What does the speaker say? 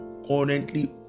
currently